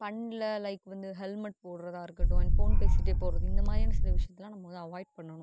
பண்ணல லைக் வந்து ஹெல்மட் போடுறதாக இருக்கட்டும் அண்ட் ஃபோன் பேசிட்டே போகிறது இந்தமாதிரியான சில விஷியத்தலாம் நம்ம வந்து அவாய்ட் பண்ணனும்